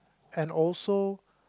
and also